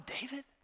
David